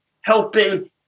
helping